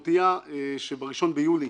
הודיע שב-1 ביולי